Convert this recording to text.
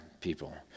people